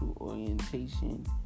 orientation